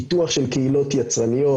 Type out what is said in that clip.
פיתוח של קהילות יצרניות,